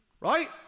right